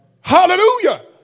Hallelujah